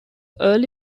early